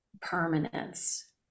permanence